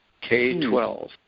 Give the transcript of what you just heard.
K-12